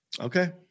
Okay